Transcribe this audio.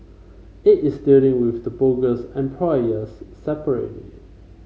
it is dealing with the bogus employers separately